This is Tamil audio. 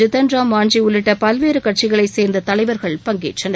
ஜித்தன்ராம் மான்ஜி உள்ளிட்ட பல்வேறு கட்சிகளைச் சேர்ந்த தலைவர்கள் பங்கேற்றனர்